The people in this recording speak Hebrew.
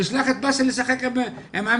תשלח את באסל לשחק עם אמיר,